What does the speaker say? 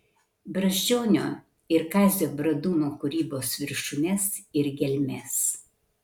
brazdžionio ir kazio bradūno kūrybos viršūnes ir gelmes